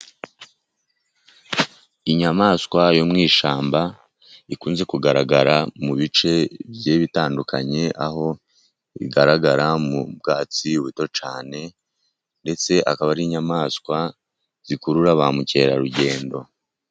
Inyamaswa yo mu ishyamba, ikunze kugaragara mu bice bitandukanye, aho bigaragara mu bwatsi buto cyane, ndetse akaba ari inyamaswa zikurura ba mukerarugendo.